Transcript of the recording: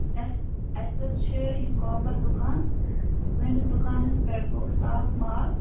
اَسہِ اَسہِ حظ چھِ یہِ کاپَر دُکان سٲنِس دُکانَس پٮ۪ٹھ گوٚو صاف مال